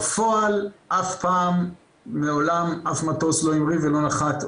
בפועל אף פעם מעולם אף מטוס לא המריא ולא נחת,